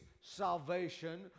salvation